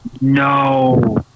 no